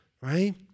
right